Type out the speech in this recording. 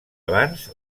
abans